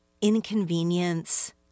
inconvenience